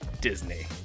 Disney